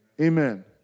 amen